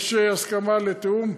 יש הסכמה לתיאום?